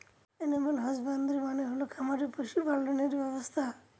animal husbandry মানে হল খামারে পশু পালনের ব্যবসা